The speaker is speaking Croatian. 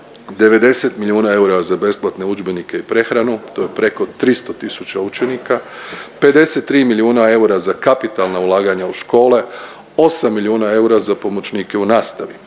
90 milijuna eura za besplatne udžbenike i prehranu, to je preko 300 tisuća učenika, 53 milijuna eura za kapitalna ulaganja u škole, 8 milijuna eura za pomoćnike u nastavi,